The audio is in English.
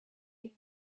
and